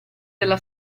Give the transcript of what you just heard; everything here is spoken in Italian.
della